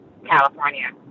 California